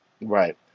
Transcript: Right